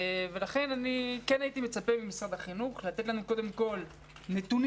לכן כן הייתי מצפה ממשרד החינוך לתת לנו קודם כול נתונים